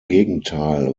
gegenteil